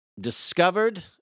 discovered